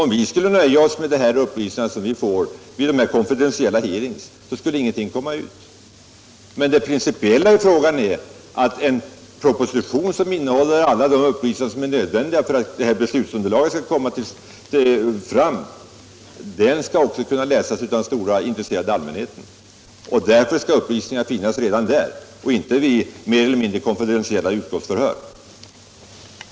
Om vi skulle nöja oss med de upplysningar vi får vid konfidentiella hearings skulle ingenting komma ut till allmänheten. Det principiellt viktiga i frågan är att en proposition skall innehålla alla de upplysningar som är nödvändiga som beslutsunderlag. Den kan då också läsas av den stora, intresserade allmänheten. Därför skall upplysningarna finnas redan där och inte bara lämnas vid slutna utskottsförhör.